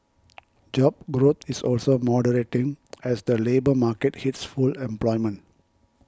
job growth is also moderating as the labour market hits full employment